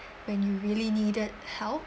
when you really needed help